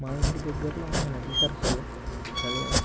మా ఇంటి దగ్గరలో ఉన్న నది సరస్సు జలాశయం